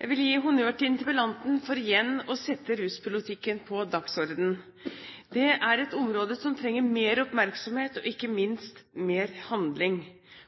Jeg vil gi honnør til interpellanten for igjen å sette ruspolitikken på dagsordenen. Det er et område som trenger mer oppmerksomhet og ikke minst mer handling.